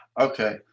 Okay